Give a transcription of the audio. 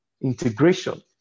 integration